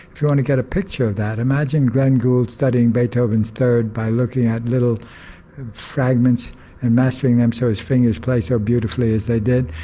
if you want to get a picture of that imagine glenn gould studying beethoven's third by looking at little fragments and mastering them so his fingers play so beautifully as they did,